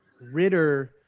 Ritter